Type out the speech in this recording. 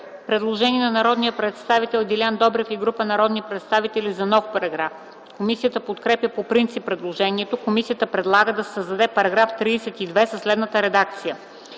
Предложение на народния представител Делян Добрев и група народни представители за нов параграф. Комисията подкрепя предложението. Комисията предлага да се създаде нов § 12 със следната редакция: